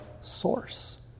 source